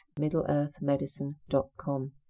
middleearthmedicine.com